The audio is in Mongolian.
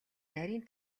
нарийн